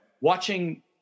watching